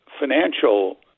financial